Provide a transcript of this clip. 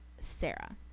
Sarah